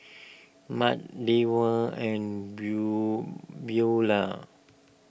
Matt Deward and Brew Beaulah